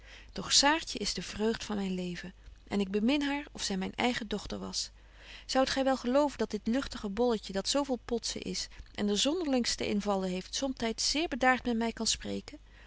saartje is de vreugd van myn leven en ik bemin haar of zy myn eigen dochter was zoudt gy wel geloven dat dit luchtige bolletje dat zo vol potzen is en de zonderlingste invallen heeft somtyds zeer bedaart met my kan spreken